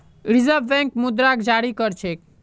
reserve Bank मुद्राक जारी कर छेक